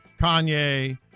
Kanye